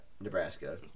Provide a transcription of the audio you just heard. Nebraska